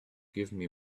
give